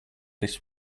this